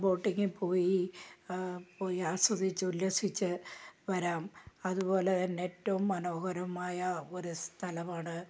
ആ ബോട്ടിങ്ങ് പോയി പോയി ആസ്വദിച്ച് ഉല്ലസിച്ച് വരാം അതുപോലെ തന്നെ ഏറ്റവും മനോഹരമായ ഒരു സ്ഥലമാണ്